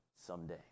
someday